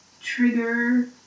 trigger